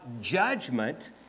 judgment